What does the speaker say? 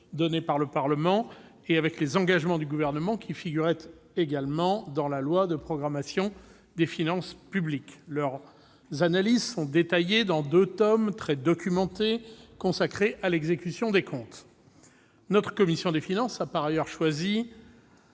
donnée par le Parlement et avec les engagements du Gouvernement, qui figuraient également dans la loi de programmation des finances publiques. Leurs analyses sont détaillées dans deux tomes très documentés consacrés à l'exécution des comptes. Notre commission des finances a par ailleurs choisi,